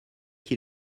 qui